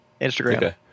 Instagram